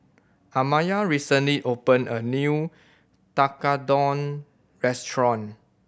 Amaya recently opened a new Tekkadon restaurant